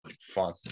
fun